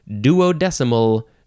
duodecimal